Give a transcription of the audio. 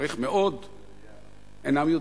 אינם יודעים.